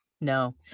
No